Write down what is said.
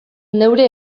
neure